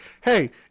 hey